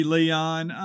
Leon